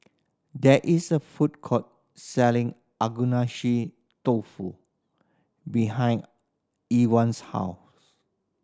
there is a food court selling Agedashi Dofu behind Irven's house